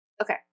Okay